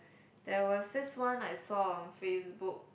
there was this one I saw on Facebook